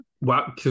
Wow